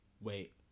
wait